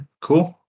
cool